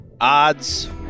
odds